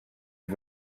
die